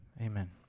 Amen